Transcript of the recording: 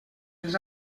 ens